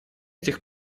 этих